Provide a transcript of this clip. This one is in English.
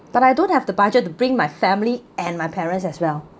but I don't have the budget to bring my family and my parents as well